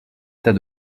état